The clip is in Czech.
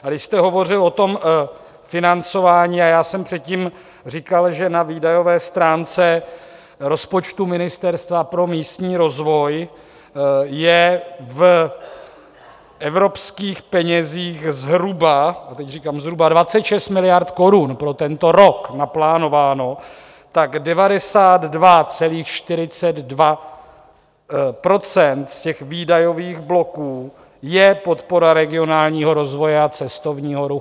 A když jste hovořil o tom financování, a já jsem předtím říkal, že na výdajové stránce rozpočtu Ministerstva pro místní rozvoj je v evropských penězích zhruba, a teď říkám zhruba, 26 miliard korun pro tento rok naplánováno, tak 92,42 % z výdajových bloků je podpora regionálního rozvoje a cestovního ruchu.